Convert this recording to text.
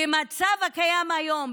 במצב הקיים היום,